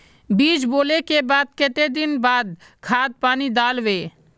बीज बोले के बाद केते दिन बाद खाद पानी दाल वे?